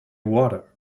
water